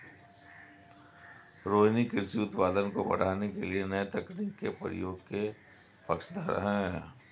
रोहिनी कृषि उत्पादन को बढ़ाने के लिए नए तकनीक के प्रयोग के पक्षधर है